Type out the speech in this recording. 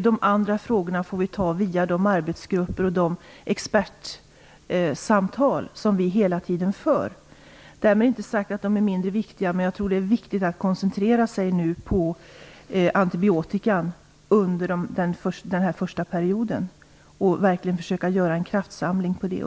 De andra frågorna får vi ta upp via de arbetsgrupper och expertsamtal som vi hela tiden har. Därmed är inte sagt att de är mindre viktiga, men jag tror att det är angeläget att under den första perioden göra en verklig kraftsamling på antibiotikaanvändningen.